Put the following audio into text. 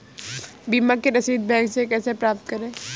बीमा की रसीद बैंक से कैसे प्राप्त करें?